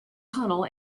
tunnel